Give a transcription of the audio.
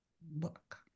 book